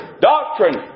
doctrine